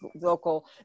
local